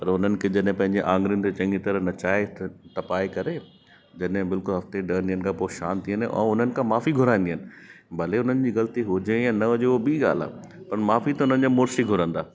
त हुननि खे जॾहिं पंहंजी आङुरियुनि ते चङी तरह नचाए तपाए करे जॾहिं बिल्कुलु हफ़्ते ॾहनि ॾींहंनि खां पोइ शांत थी वेंदा आहियूं हुननि खां माफ़ी घुरंदियूं आहिनि भले हुननि जी ग़लती हुजे या न हुजे उहा ॿी ॻाल्हि आहे पर माफ़ी त हुननि जा मुड़ुस ई घुरंदा